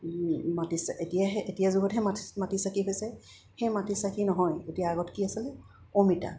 মাটি এতিয়াহে এতিয়া যুগতহে মাটি মাটি চাকি হৈছে সেই মাটি চাকি নহয় এতিয়া আগত কি আছিলে অমিতা